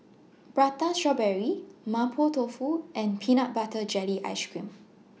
Prata Strawberry Mapo Tofu and Peanut Butter Jelly Ice Cream